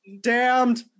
damned